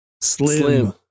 Slim